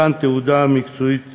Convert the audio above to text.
מתן תעודה מקצועית